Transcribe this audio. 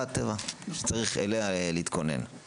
אבל היא תופעת טבע שצריך להתכונן אליה.